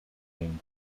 gained